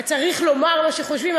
צריך לומר מה שחושבים,